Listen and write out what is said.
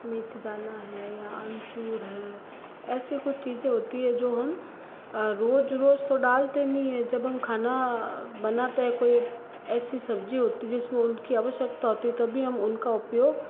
मेथी दाना है या अमचूर है ऐसी कुछ चीज़ें होती है जो हम रोज़ रोज़ तो डालते नहीं है जब हम खाना बनाते हैं कोई ऐसी सब्जी होती है जिसमें उसकी आवश्यकता होती है तभी हम उनका उपयोग